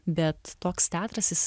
bet toks teatras jis